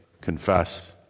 confess